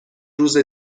روز